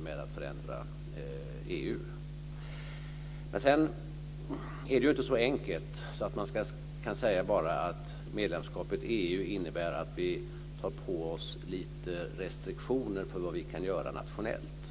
med att förändra EU. Det är inte så enkelt att man bara kan säga att medlemskapet i EU innebär att vi tar på oss lite restriktioner för vad vi kan göra nationellt.